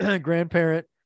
grandparent